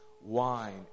Wine